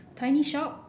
tiny shop